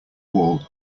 wall